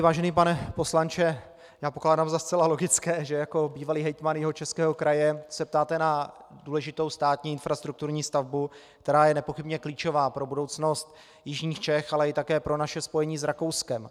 Vážený pane poslanče, já pokládám za zcela logické, že se jako bývalý hejtman Jihočeského kraje ptáte na důležitou státní infrastrukturní stavbu, která je nepochybně klíčová pro budoucnost jižních Čech, ale také pro naše spojení s Rakouskem.